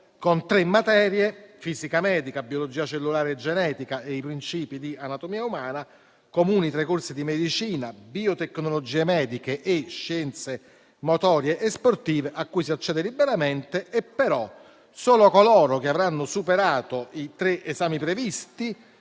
con tre materie - fisica medica, biologia cellulare genetica e i princìpi di anatomia umana - comuni tra i corsi di medicina, biotecnologie mediche e scienze motorie e sportive a cui si accede liberamente, ma solo coloro che avranno superato i tre esami previsti